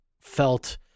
felt